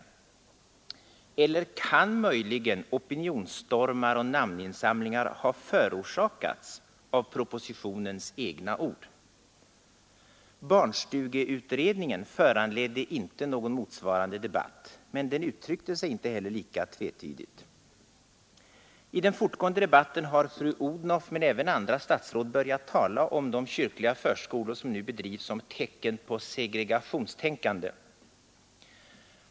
Eller kan möjligen opinionsstormar och namninsamlingar ha förorsakats av propositionens egna ord? Barnstugeutredningen föranledde inte någon motsvarande debatt, men den uttryckte sig inte heller lika tvetydigt. I den fortgående debatten har fru Odhnoff men även andra statsråd börjat tala om de kyrkliga förskolor som nu bedrivs som tecken på segregationstänkande.